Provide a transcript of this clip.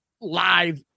live